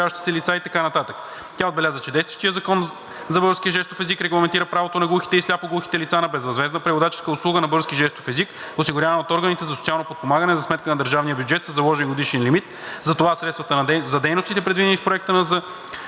Тя отбеляза, че действащият Закон за българския жестов език регламентира правото на глухите и сляпо-глухите лица на безвъзмездна преводаческа услуга на български жестов език, осигурявана от органите за социално подпомагане за сметка на държавния бюджет със заложен годишен лимит. Затова средствата за дейностите, предвидени в проекта на ЗИД,